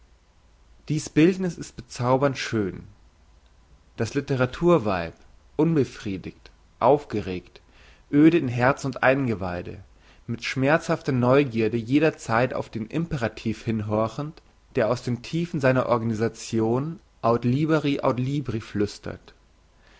dies bildniss ist bezaubernd schön das litteratur weib unbefriedigt aufgeregt öde in herz und eingeweide mit schmerzhafter neugierde jederzeit auf den imperativ hinhorchend der aus den tiefen seiner organisation aut liberi aut libri flüstert